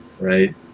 right